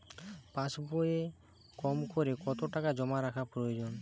পাশবইয়ে কমকরে কত টাকা জমা রাখা প্রয়োজন?